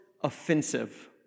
offensive